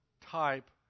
type